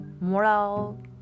moral